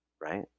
right